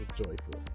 joyful